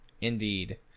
indeed